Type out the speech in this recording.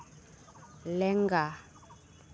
ᱞᱮᱸᱜᱟ